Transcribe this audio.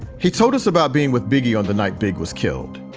he told us about being with biggie on the night big was killed.